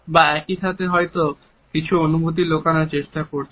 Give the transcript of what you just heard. বা একইসাথে হয়তো কিছু অনুভূতি লুকানোর চেষ্টা করছেন